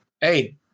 hey